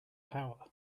power